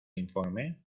informe